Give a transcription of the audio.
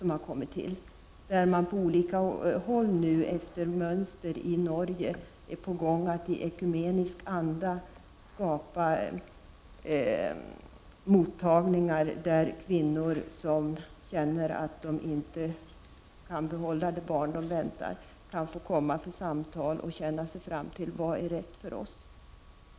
Man är nu på olika håll, efter mönster hämtat från Norge, på gång med att i ekumenisk anda skapa mottagningar dit kvinnor som känner att de inte kan behålla det barn de väntar kan få komma för samtal och känna sig fram till vad som är rätt för dem.